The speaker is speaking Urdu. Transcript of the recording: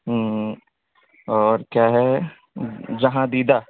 ہوں ہوں اور کیا ہے جہاں دیدہ